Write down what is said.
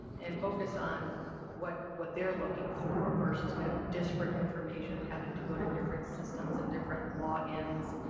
and focus on what what they're looking for, versus kind of disparate information, having to go to different systems, and different logins.